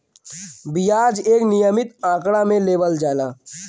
बियाज एक नियमित आंकड़ा मे लेवल जाला